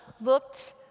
looked